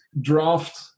draft